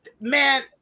man